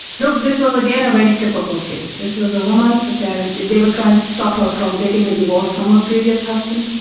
look, this was again a very typical case. this was a woman, the parents, they were trying to stop her from getting a divorce from her ah previous husband.